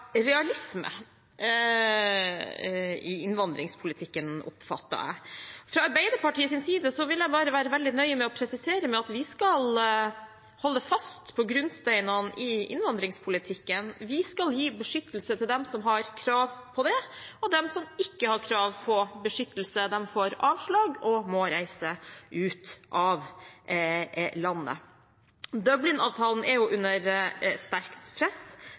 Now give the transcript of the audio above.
realisme – i innvandringspolitikken, oppfattet jeg. Fra Arbeiderpartiets side vil jeg bare være veldig nøye med å presisere at vi skal holde fast på grunnsteinene i innvandringspolitikken. Vi skal gi beskyttelse til dem som har krav på det, og de som ikke har krav på beskyttelse, får avslag og må reise ut av landet. Dublin-avtalen er under sterkt press.